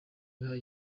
wiha